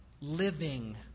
living